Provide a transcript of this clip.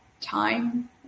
time